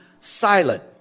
silent